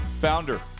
founder